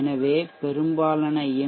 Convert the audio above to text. எனவே பெரும்பாலான எம்